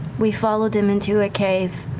we followed him into a cave.